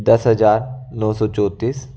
दस हज़ार नौ सौ चौंतीस